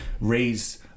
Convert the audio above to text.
raise